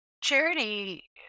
charity